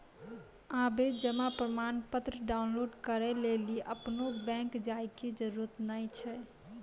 आबे जमा प्रमाणपत्र डाउनलोड करै लेली अपनो बैंक जाय के जरुरत नाय छै